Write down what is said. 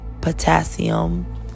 potassium